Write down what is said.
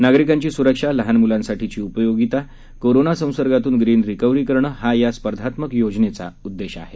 नागरिकांची सुरक्षा लहान मुलांसाठीची उपयोगिता कोरोना संसर्गातून ग्रीन रिकव्हरी करणं हा या स्पर्धात्मक योजनेचा उद्देश आहे